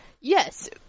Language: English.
Yes